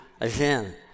again